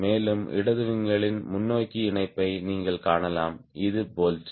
மேலும் இடதுவிங்களின் முன்னோக்கி இணைப்பை நீங்கள் காணலாம் இது போல்ட்